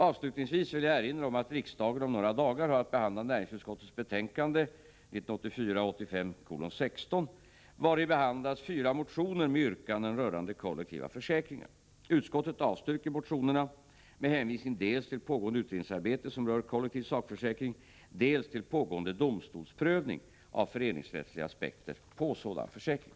Avslutningsvis vill jag erinra om att riksdagen om några dagar har att behandla näringsutskottets betänkande 1984/85:16, vari behandlas fyra motioner med yrkanden rörande kollektiva försäkringar. Utskottet avstyrker motionerna med hänvisning dels till pågående utredningsarbete som rör kollektiv sakförsäkring, dels till pågående domstolsprövning av föreningsrättsliga aspekter på sådan försäkring.